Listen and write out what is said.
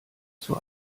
zur